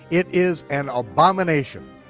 it is an abomination.